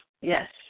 Yes